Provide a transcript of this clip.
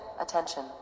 attention